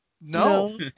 No